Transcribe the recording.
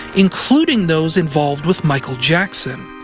including those involved with michael jackson.